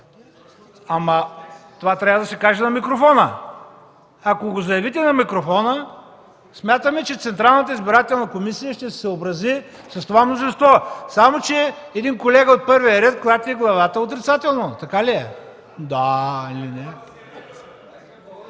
това трябва да се каже на микрофона. Ако го заявите на микрофона, смятам че Централната избирателна комисия ще се съобрази с това мнозинство. Само че един колега от първия ред клати глава отрицателно. Така ли е? Да!